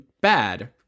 bad